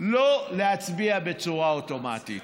שלא להצביע בצורה אוטומטית.